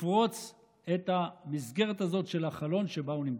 לפרוץ את המסגרת הזאת של החלון שבה הוא נמצא.